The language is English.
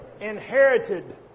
Inherited